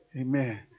Amen